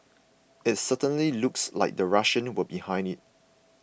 it certainly looks like the Russians were behind it